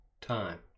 time